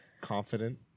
confident